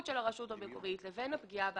של הרשות המקומית לבין הפגיעה בהכנסות.